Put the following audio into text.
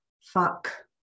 Fuck